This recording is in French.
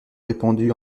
répandu